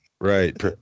Right